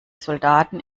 soldaten